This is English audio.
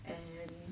and